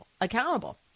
Accountable